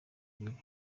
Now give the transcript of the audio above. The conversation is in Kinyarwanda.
bibi